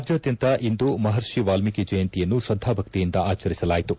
ರಾಜ್ಯಾದ್ಯಂತ ಇಂದು ಮಹರ್ಷಿ ವಾಲ್ಷೀಕಿ ಜಯಂತಿಯನ್ನು ಶ್ರದ್ವಾಭಕ್ತಿಯಿಂದ ಆಚರಿಸಲಾಯಿತು